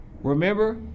Remember